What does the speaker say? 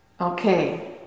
okay